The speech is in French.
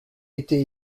été